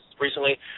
recently